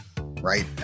right